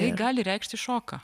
tai gali reikšti šoką